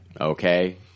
Okay